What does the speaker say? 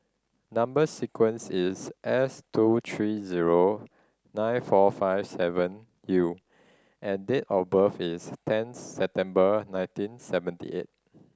number sequence is S two three zero nine four five seven U and date of birth is ten September nineteen seventy eight